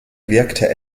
wirkte